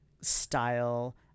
style